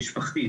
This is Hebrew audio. משפחתית,